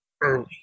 early